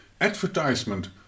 advertisement